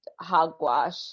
hogwash